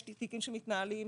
יש תיקים שמתנהלים,